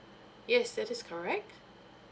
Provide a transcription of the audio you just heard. yes that is correct